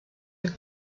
took